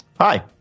Hi